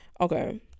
Okay